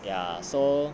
ya so